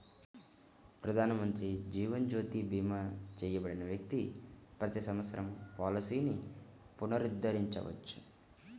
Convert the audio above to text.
ప్రధానమంత్రి జీవన్ జ్యోతి భీమా చేయబడిన వ్యక్తి ప్రతి సంవత్సరం పాలసీని పునరుద్ధరించవచ్చు